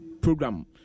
program